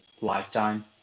lifetime